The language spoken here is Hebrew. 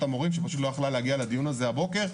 המורים שלא יכלה להגיע לדיון הזה הבוקר,